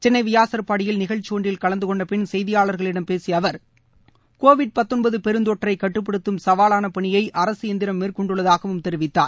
சென்ளை வியாசர்பாடியில் நிகழ்ச்சியொன்றில் கலந்து கொண்டபின் செய்தியாளர்களிடம் பேசிய அவர் கோவிட் பெருந்தொற்றை கட்டுப்படுத்தும் சவாவான பணியை மேற்கொண்டுள்ளதாகவும் தெரிவித்தார்